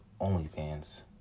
OnlyFans